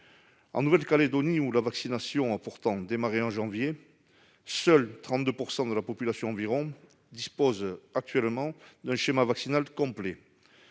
En Nouvelle-Calédonie, où la vaccination a pourtant démarré en janvier, 32 % seulement de la population disposent d'un schéma vaccinal complet.